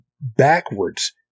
backwards